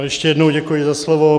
Ještě jednou děkuji za slovo.